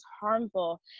harmful